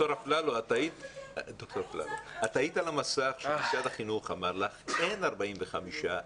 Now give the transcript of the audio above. את היית על המסך כשמשרד החינוך אמר לך שאין 45 ילדים בכיתה.